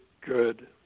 good